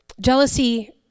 Jealousy